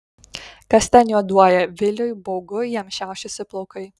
kas ten juoduoja viliui baugu jam šiaušiasi plaukai